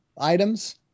items